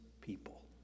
people